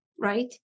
right